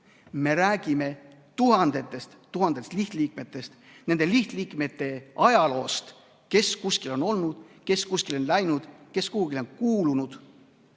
me räägime tuhandetest lihtliikmetest, nende lihtliikmete ajaloost, kes kuskil on olnud, kes kuskile on läinud, kes kuhugi on kuulunud.